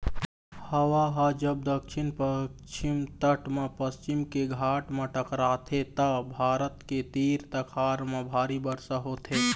हवा ह जब दक्छिन पस्चिम तट म पश्चिम के घाट म टकराथे त भारत के तीर तखार म भारी बरसा होथे